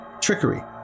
trickery